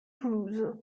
toulouse